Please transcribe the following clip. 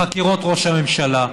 חקירות ראש הממשלה,